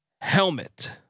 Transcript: helmet